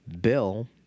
Bill